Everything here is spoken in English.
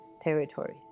territories